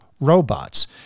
robots